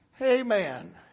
amen